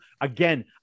Again